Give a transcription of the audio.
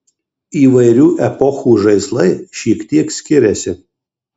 įvairių epochų žaislai šiek tiek skiriasi